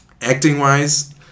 Acting-wise